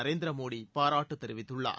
நரேந்திர மோடி பாராட்டு தெரிவித்துள்ளார்